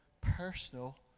personal